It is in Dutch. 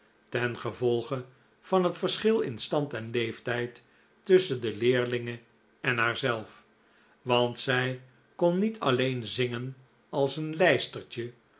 tengevolge van het verschil in stand en leeftijd tusschen de leerlinge en haarzelf want zij kon niet alleen zingen als een lijstertje